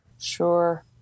Sure